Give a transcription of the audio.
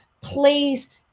Please